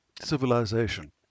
civilization